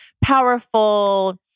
powerful